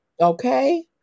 Okay